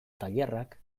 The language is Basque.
tailerrak